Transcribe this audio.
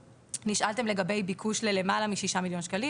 נשאלתם לגבי ביקוש למעל מ-6 מיליון ₪,